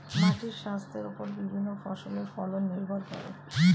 মাটির স্বাস্থ্যের ওপর বিভিন্ন ফসলের ফলন নির্ভর করে